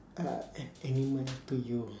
a an animal to you